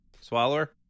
Swallower